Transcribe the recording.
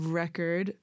record